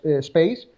space